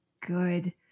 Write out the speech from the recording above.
good